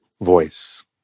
voice